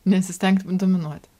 nesistengti dominuoti